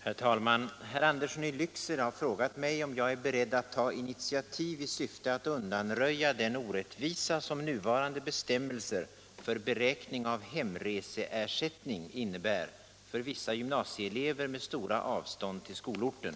Herr talman! Herr Andersson i Lycksele har frågat mig om jag är beredd att ta initiativ i syfte att undanröja den orättvisa som nuvarande bestämmelser för beräkning av hemreseersättning innebär för vissa gymnasieelever med stora avstånd till skolorten.